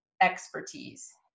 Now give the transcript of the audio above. expertise